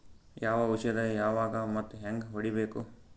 ಯಾವ ಔಷದ ಯಾವಾಗ ಮತ್ ಹ್ಯಾಂಗ್ ಹೊಡಿಬೇಕು?